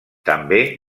també